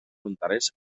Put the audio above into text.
fronterers